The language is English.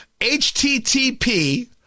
HTTP